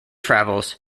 travels